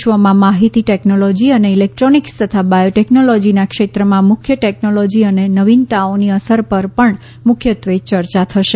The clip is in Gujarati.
વિશ્વમાં માહિતી ટેકનોલોજી અને ઇલેકટ્રોનિકસ તથા બાયોટેકનોલોજીના ક્ષેત્રમાં મુખ્ય ટેકનોલોજી અને નવીનતાઓની અસર પર પણ મુખ્યત્વે ચર્ચા થશે